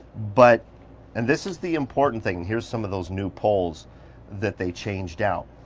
but and this is the important thing. here's some of those new poles that they changed out.